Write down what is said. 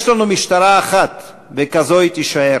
יש לנו משטרה אחת, וכזו היא תישאר.